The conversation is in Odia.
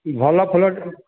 ଭଲ ଫୁଲଟି